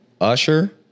Usher